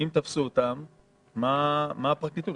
אם תפסו אותם, מה הפרקליטות עשתה?